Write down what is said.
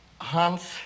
Hans